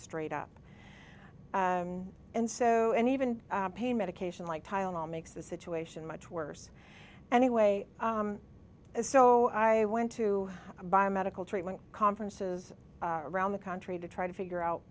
straight up and so and even pain medication like tylenol makes the situation much worse anyway so i went to buy medical treatment conferences around the country to try to figure out